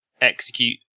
execute